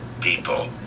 people